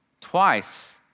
Twice